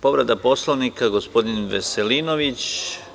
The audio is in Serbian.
Povreda Poslovnika gospodin Veselinović.